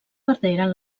perderen